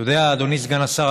אדוני סגן השר,